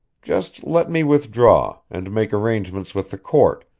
just let me withdraw, and make arrangements with the court,